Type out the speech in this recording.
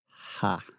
Ha